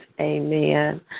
Amen